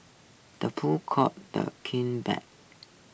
the pool calls the king black